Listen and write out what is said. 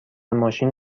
ماشین